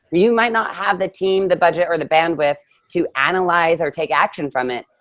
you might not have the team, the budget or the bandwidth to analyze or take action from it.